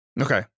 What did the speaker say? Okay